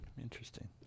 Interesting